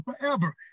forever